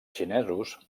xinesos